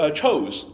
chose